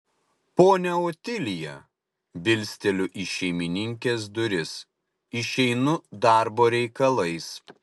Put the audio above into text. ponia otilija bilsteliu į šeimininkės duris išeinu darbo reikalais